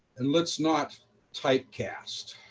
and let's not typecast